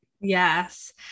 Yes